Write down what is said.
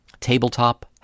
tabletop